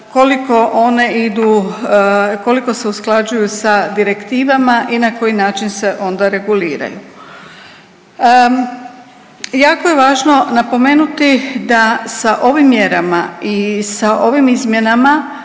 koliko se usklađuju sa direktivama i na koji način se onda reguliraju. Jako je važno napomenuti da sa ovim mjerama i sa ovim izmjenama,